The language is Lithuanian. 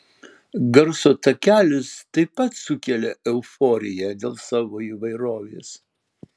garso takelis taip pat sukelia euforiją dėl savo įvairovės